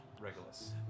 Regulus